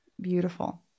Beautiful